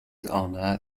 honor